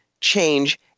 change